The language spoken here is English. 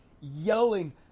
yelling